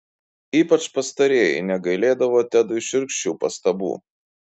ypač pastarieji negailėdavo tedui šiurkščių pastabų